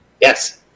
Yes